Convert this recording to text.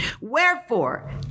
Wherefore